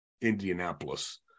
Indianapolis